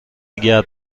گرد